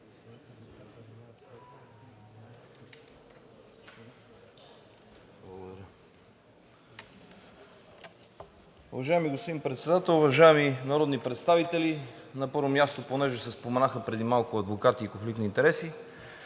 Уважаеми господин Председател, уважаеми народни представители! На първо място, понеже се споменаха преди малко адвокати и конфликт на интереси,